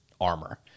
armor